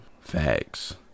facts